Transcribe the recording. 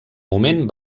moment